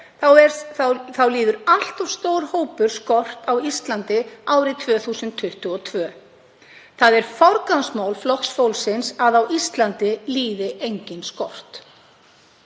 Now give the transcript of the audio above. þá líður allt of stór hópur skort á Íslandi árið 2022. Það er forgangsmál Flokks fólksins að á Íslandi líði enginn skort.